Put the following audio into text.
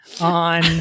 on